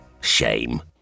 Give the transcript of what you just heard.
Shame